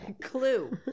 clue